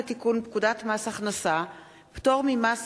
הצעת חוק לתיקון פקודת מס הכנסה (פטור ממס